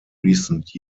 recent